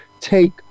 take